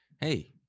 Hey